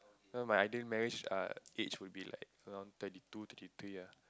no but my ideal marriage uh age would be like around thirty two thirty three ah